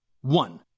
One